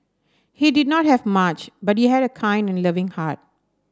he did not have much but he had a kind and loving heart